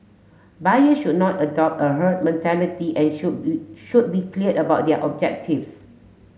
buyer should not adopt a herd mentality and should should be clear about their objectives